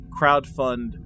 crowdfund